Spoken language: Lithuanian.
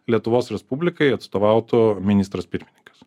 lietuvos respublikai atstovautų ministras pirmininkas